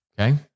okay